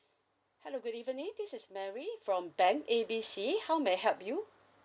hello good evening this is mary from bank A B C how may I help you